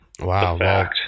wow